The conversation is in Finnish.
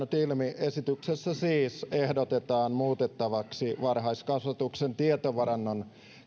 ilmi esityksessä siis ehdotetaan muutettavaksi varhaiskasvatuksen tietovarannon